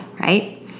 right